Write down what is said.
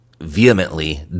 vehemently